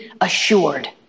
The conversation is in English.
assured